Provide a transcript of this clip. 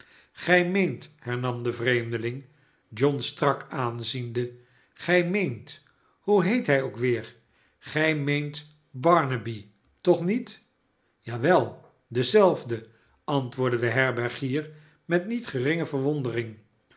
gij meent hernam de vreemdeling john strak aanziende gij meent hoe heet hij ook weer gij meent barnaby toch niet ja wel dezelfde antwoordde de herbergier met niet geringe verwondering